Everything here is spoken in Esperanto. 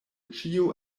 ĉio